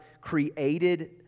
created